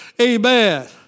Amen